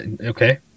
Okay